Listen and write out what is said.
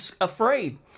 afraid